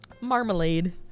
Marmalade